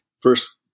first